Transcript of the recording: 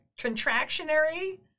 contractionary